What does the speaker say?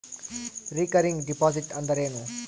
Recurring deposit ಅಂದರೇನು?